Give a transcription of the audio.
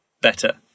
better